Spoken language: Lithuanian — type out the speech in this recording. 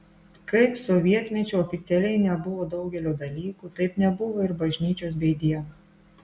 kaip sovietmečiu oficialiai nebuvo daugelio dalykų taip nebuvo ir bažnyčios bei dievo